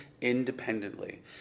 independently